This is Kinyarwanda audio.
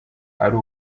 ari